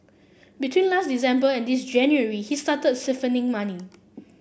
between last December and this January he started siphoning money